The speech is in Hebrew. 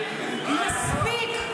מספיק,